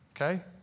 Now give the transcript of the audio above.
Okay